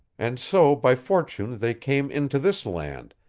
and so by fortune they came into this land,